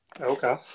Okay